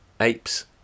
apes